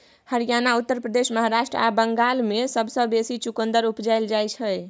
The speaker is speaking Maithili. हरियाणा, उत्तर प्रदेश, महाराष्ट्र आ बंगाल मे सबसँ बेसी चुकंदर उपजाएल जाइ छै